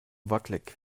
wackelig